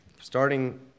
Starting